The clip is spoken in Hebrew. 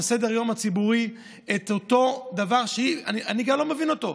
סדר-היום הציבורי את אותו דבר שאני לא מבין אותו.